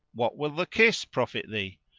what will the kiss profit thee?